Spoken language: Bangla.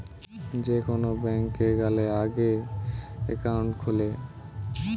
যে কোন ব্যাংকে গ্যালে আগে একাউন্ট খুলে